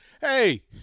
hey